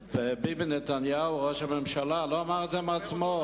וביבי נתניהו ראש הממשלה לא אמר את זה מעצמו,